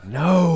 no